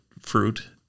fruit